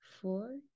four